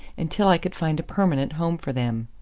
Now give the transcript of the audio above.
until i could find a permanent home for them.